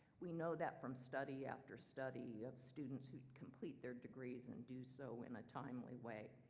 we know that from study after study of students who'd complete their degrees and do so in a timely way.